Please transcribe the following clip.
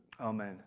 Amen